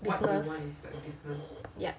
business